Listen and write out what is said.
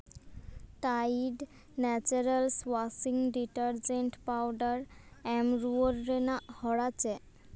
Tide natural washing detergent powder ᱮᱢ ᱨᱩᱣᱟᱹᱲ ᱨᱮᱱᱟᱜ ᱦᱚᱨᱟ ᱪᱮᱫ